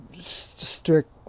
strict